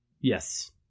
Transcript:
yes